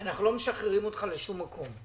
אנחנו לא משחררים אותך לשום מקום.